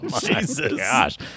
Jesus